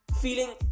Feeling